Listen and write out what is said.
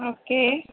okay